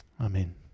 Amen